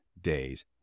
days